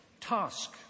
task